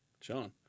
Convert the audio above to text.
Sean